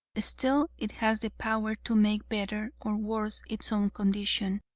still it has the power to make better or worse its own condition.